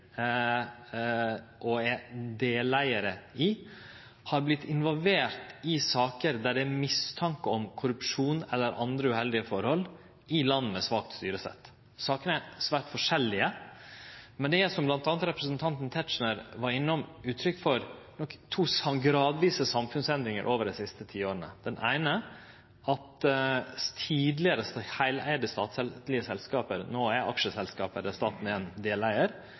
og er deleigar, har vorte involverte i forhold der det er mistanke om korrupsjon eller andre uheldige forhold i land med svakt styresett. Sakene er svært forskjellige, men det er, som bl.a. representanten Tetzschner var innom, uttrykk for to gradvise samfunnsendringar over dei siste ti åra. Den eine er at tidlegare heileigde statlege selskap no er aksjeselskap der staten er